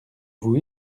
vous